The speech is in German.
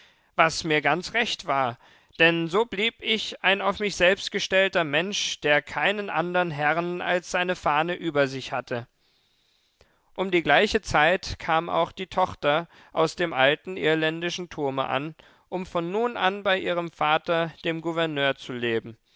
was mir ganz recht war denn so blieb ich ein auf mich selbst gestellter mensch der keinen andern herrn als seine fahne über sich hatte um die gleiche zeit kam auch die tochter aus dem alten irländischen turme an um von nun an bei ihrem vater dem gouverneur zu leben